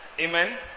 Amen